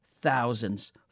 thousands